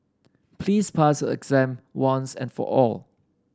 please pass a exam once and for all